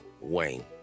wayne